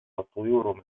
الطيور